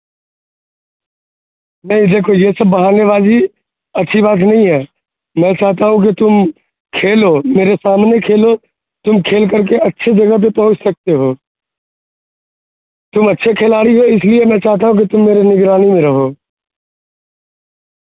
نہیں دیکھو یہ سب بہانے بازی اچھی بات نہیں ہے میں چاہتا ہوں کہ تم کھیلو میرے سامنے کھیلو تم کھیل کر کے اچھی جگہ پہ پہنچ سکتے ہو تم اچھے کھلاڑی ہو اس لیے میں چاہتا ہوں کہ تم میرے نگرانی میں رہو